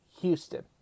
Houston